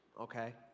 okay